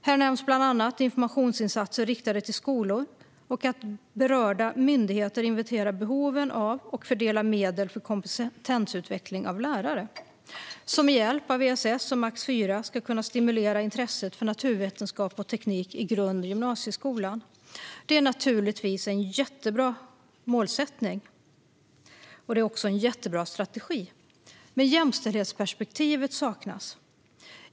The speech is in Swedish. Här nämns bland annat informationsinsatser riktade till skolor och att berörda myndigheter ska inventera behoven av och fördela medel för kompetensutveckling av lärare, som med hjälp av ESS och Max IV ska kunna stimulera intresset för naturvetenskap och teknik i grund och gymnasieskolorna. Det är naturligtvis en jättebra målsättning och strategi, men jämställdhetsperspektivet saknas.